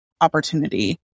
opportunity